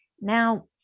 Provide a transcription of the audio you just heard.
Now